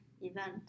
event